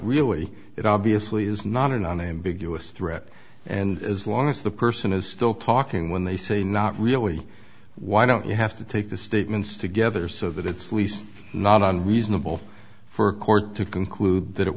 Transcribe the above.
really it obviously is not an unambiguous threat and as long as the person is still talking when they say not really why don't you have to take the statements together so that it's least not on reasonable for a court to conclude that it